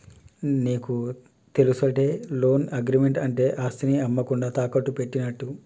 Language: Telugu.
నీకు తెలుసటే, లోన్ అగ్రిమెంట్ అంటే ఆస్తిని అమ్మకుండా తాకట్టు పెట్టినట్టు